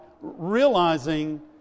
realizing